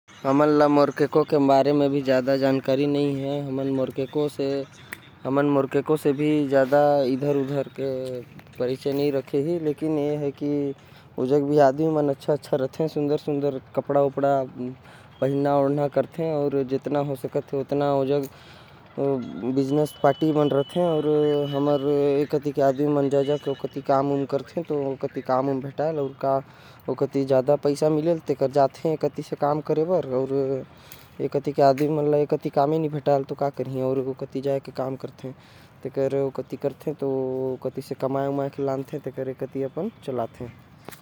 मोरक्को के आदमी मन सुंदर सुंदर कपड़ा पेहेन्थे। व्यापार करथे अउ यहा के लोग मन ल ले जाथे काम कराये बर। यहा वाला मन काम भेटाथे तो कर लेथे।